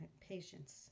patience